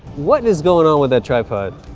what is goin' on with that tripod?